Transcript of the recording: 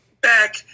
back